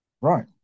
Right